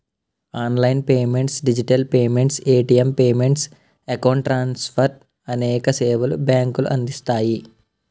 online payments digital payments, ATM payments, account transfer అనేక సేవలు బ్యాంకులు అందిస్తాయి